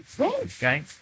Okay